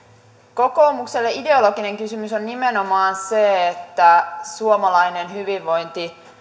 kokoomukselle ideologinen kysymys on nimenomaan se että suomalainen hyvinvointi